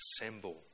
assemble